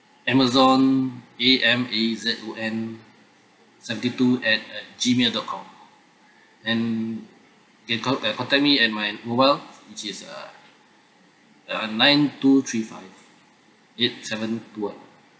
amazon A M A Z O N seventy two at G mail dot com and can con~ can contact me at my mobile which is uh uh nine two three five eight seven two one